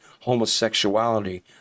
homosexuality